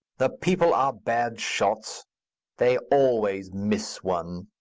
the people are bad shots they always miss one.